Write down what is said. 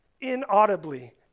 inaudibly